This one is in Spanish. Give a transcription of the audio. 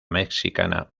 mexicana